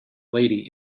lady